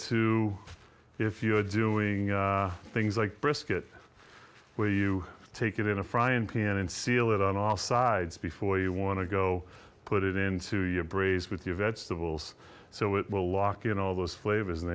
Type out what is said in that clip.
to if you're doing things like brisket where you take it in a frying pan and seal it on all sides before you want to go put it into your breeze with your vegetables so it will lock in all those flavors and